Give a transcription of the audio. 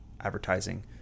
advertising